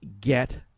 get